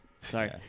Sorry